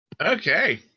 Okay